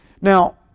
Now